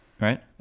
Right